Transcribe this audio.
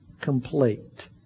complete